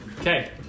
Okay